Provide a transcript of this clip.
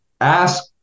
ask